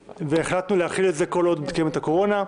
והחלטנו להחיל את זה כל עוד מתקיימת הקורונה.